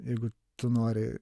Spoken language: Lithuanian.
jeigu tu nori